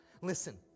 listen